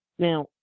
Now